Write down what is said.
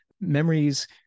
memories